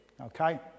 Okay